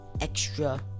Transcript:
extra